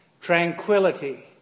tranquility